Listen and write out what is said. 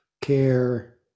care